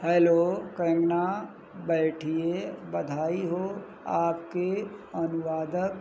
hello Kangana बैठिये बधाई हो आपके अनुवादक